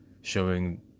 showing